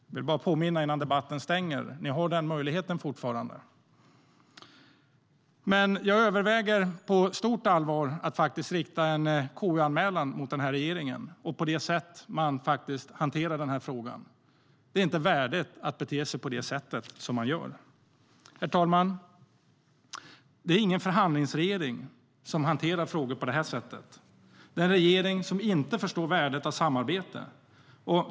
Jag vill bara påminna om det innan debatten är avslutad; ni har fortfarande möjligheten. Herr talman! Det är ingen förhandlingsregering som hanterar frågor på det här sättet. Det är en regering som inte förstår värdet av samarbete.